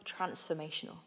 transformational